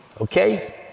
Okay